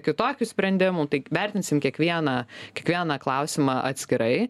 kitokių sprendimų tai vertinsim kiekvieną kiekvieną klausimą atskirai